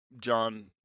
John